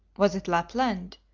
was it lapland?